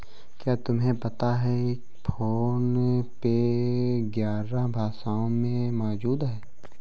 क्या तुम्हें पता है फोन पे ग्यारह भाषाओं में मौजूद है?